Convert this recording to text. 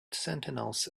sentinels